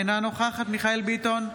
אינה נוכחת מיכאל מרדכי ביטון,